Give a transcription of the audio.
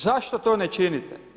Zašto to ne činite?